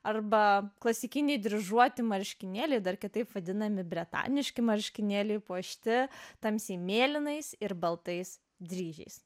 arba klasikiniai dryžuoti marškinėliai dar kitaip vadinami bretaniški marškinėliai puošti tamsiai mėlynais ir baltais dryžiais